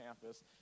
campus